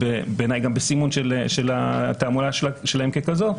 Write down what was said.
ובעיניי גם בסימון של התעמולה שלהם ככזאת,